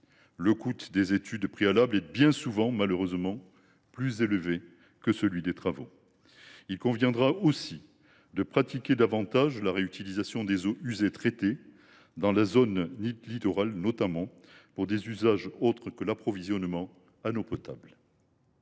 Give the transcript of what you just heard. le coût des études préalables est bien souvent plus élevé que celui des travaux ! Il conviendra aussi de pratiquer davantage la réutilisation des eaux usées traitées, notamment dans la zone littorale, pour des usages autres que l’approvisionnement en eau potable.